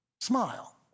smile